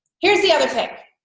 here's the other thing